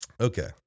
Okay